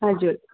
हजुर